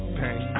pain